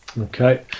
Okay